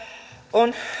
on